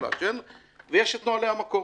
אסור לעשן; ויש את נהלי המקום.